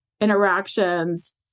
interactions